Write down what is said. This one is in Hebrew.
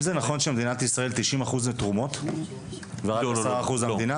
זה נכון שבמדינת ישראל 90% זה תרומות ורק 10% זה המדינה?